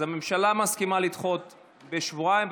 אז הממשלה מסכימה לדחות בשבועיים,